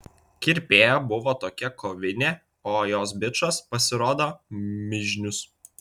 kirpėja buvo tokia kovinė o jos bičas pasirodo mižnius